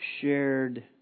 shared